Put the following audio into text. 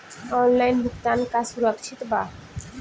Online भुगतान का सुरक्षित बा?